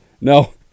No